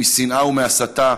משנאה ומהסתה,